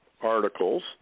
articles